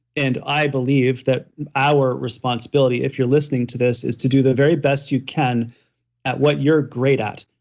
and i believe that our responsibility, if you're listening to this, is to do the very best you can at what you're great at.